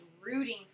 rooting